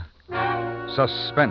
Suspense